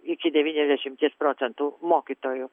iki devyniasdešimties procentų mokytojų